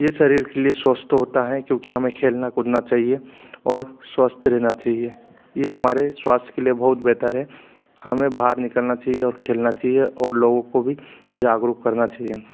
ये शरीर के लिए स्वस्थ होता है क्योंकि हमें खेलना कूदना चाहिए और स्वस्थ रेहना चाहिए यह हमारे स्वास्थ्य के लिए बहुत बेहतर है हमें बाहर निकलना चाहिए और खेलना चाहिए और लोगों को भी जागरुक करना चाहिए